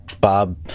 bob